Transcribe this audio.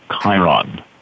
Chiron